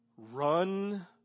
Run